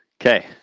Okay